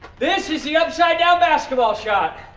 this is the upside down basketball shot.